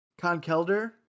Conkelder